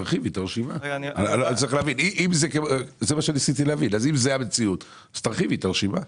אם זאת המציאות, תרחיבי את הרשימה.